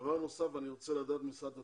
דבר נוסף אני רוצה לדעת ממשרד התפוצות,